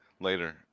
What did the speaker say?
later